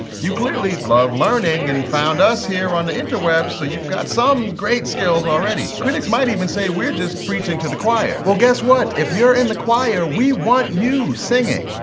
you clearly love learning and found us here on the interwebs, so you've got some great skills already. critics might even say we're just preaching to the choir. well, guess what? if you're in the choir, we want you singing!